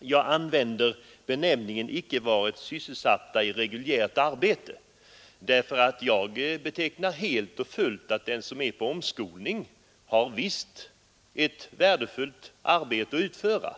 Jag använder beteckningen ”icke varit sysselsatta i reguljärt arbete”, därför att jag helt och fullt anser att de som är på omskolning visst har ett värdefullt arbete att utföra.